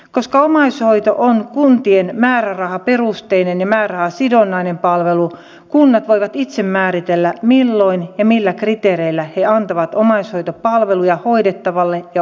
koska omaishoito on kuntien määrärahaperusteinen ja määrärahasidonnainen palvelu kunnat voivat itse määritellä milloin ja millä kriteereillä he antavat omaishoitopalveluja hoidettavalle ja omaishoitajalle